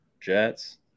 Jets